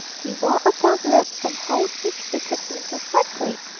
he wore a doublet and hose which fitted him perfectly,